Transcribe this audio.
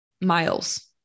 miles